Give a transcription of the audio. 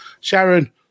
Sharon